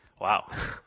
Wow